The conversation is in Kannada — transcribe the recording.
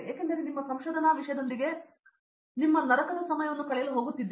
ಏಕೆಂದರೆ ನಿಮ್ಮ ಸಂಶೋಧನಾ ವಿಷಯದೊಂದಿಗೆ ನಿಮ್ಮ ನರಕದ ಸಮಯವನ್ನು ಕಳೆಯಲು ಹೋಗುತ್ತಿದ್ದೇನೆ